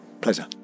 pleasure